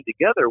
together